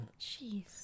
Jeez